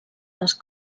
les